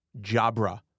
Jabra